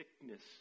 sickness